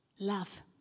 love